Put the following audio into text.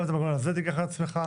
גם את המנגנון הזה תיקח לעצמך.